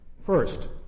First